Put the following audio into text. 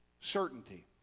certainty